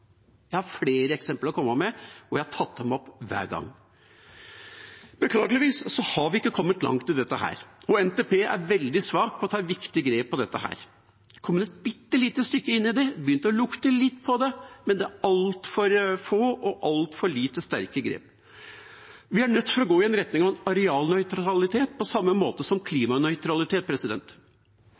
Jeg har flere eksempler å komme med, og jeg har tatt dem opp hver gang. Beklageligvis har vi ikke kommet langt i dette, og NTP er veldig svak når det gjelder å ta viktige grep her. Den kommer et bitte lite stykke inn i det, begynner å lukte litt på det, men det er altfor lite og altfor få sterke grep. Vi er nødt til å gå i en retning av arealnøytralitet, på samme måte som klimanøytralitet.